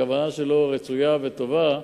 הכוונה שלו רצויה וטובה,